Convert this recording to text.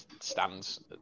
stands